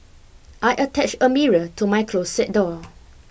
I attached a mirror to my closet door